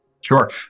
Sure